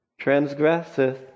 transgresseth